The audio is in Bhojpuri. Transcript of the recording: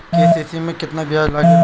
के.सी.सी में केतना ब्याज लगेला?